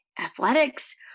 athletics